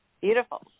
Beautiful